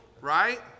right